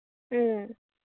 ꯎꯝ